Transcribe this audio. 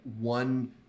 one